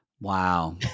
Wow